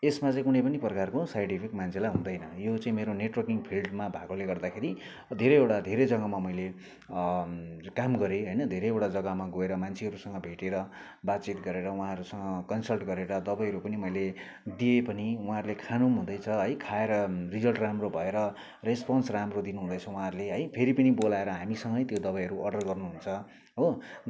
यसमा चाहिँ कुनै पनि प्रकारको साइड इफेक्ट मान्छेलाई हुँदैन यो चाहिँ मेरो नेटवर्किङ फिल्डमा भएकोले गर्दाखेरि धेरैवटा धेरै जग्गामा मैले काम गरेँ होइन धेरैवटा जग्गामा गएर मान्छेहरूसँग भेटेर बातचित गरेर उहाँहरूसँग कन्सल्ट गरेर दवाईहरू पनि मैले दिएँ पनि उहाँहरूले खानु पनि हुँदैछ है खाएर रिजल्ट राम्रो भएर रेस्पोन्स राम्रो दिनु हुँदैछ उहाँहरूले है फेरि पनि बोलाएर हामीसँगै त्यो दवाईहरू अर्डर गर्नुहुन्छ हो